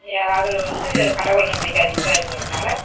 யா அதில் வந்து கடவுள் நம்பிக்கை அதிகமாக இருக்கறதுனால்